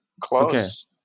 Close